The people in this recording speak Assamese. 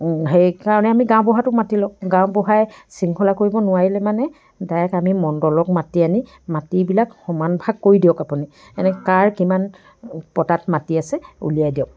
সেইকাৰণে আমি গাঁওবুঢ়াটোক মাতি লওঁ গাঁওবুঢ়াই শৃংখলা কৰিব নোৱাৰিলে মানে ডাইৰেক্ট আমি মণ্ডলক মাতি আনি মাটিবিলাক সমান ভাগ কৰি দিয়ক আপুনি এনেকৈ কাৰ কিমান পতাত মাটি আছে উলিয়াই দিয়ক